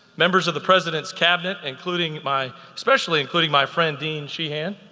members of the president's cabinet including my, specially including my friend dean sheheane,